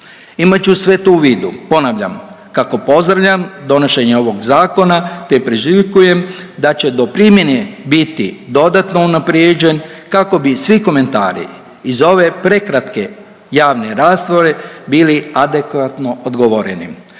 Imajući sve to u vidu ponavljam kako pozdravljam donošenje ovog zakona, te priželjkujem da će do primjene biti dodatno unaprjeđen kako bi svi komentari iz ove prekratke javne rasprave bili adekvatno odgovoreni.